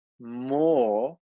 more